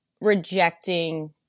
rejecting